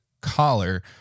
collar